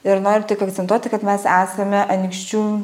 ir noriu tik akcentuoti kad mes esame anykščių